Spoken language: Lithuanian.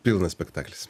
pilnas spektaklis